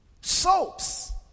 soaps